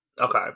Okay